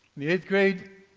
the eighth grade.